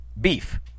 beef